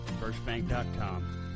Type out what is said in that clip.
Firstbank.com